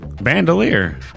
Bandolier